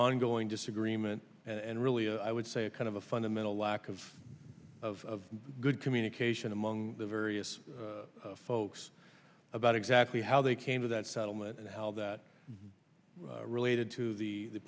ongoing disagreement and really i would say a kind of a fundamental lack of of good communication among the various folks about exactly how they came to that settlement and how that related to the